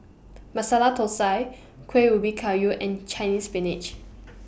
Masala Thosai Kueh Ubi Kayu and Chinese Spinach